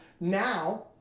Now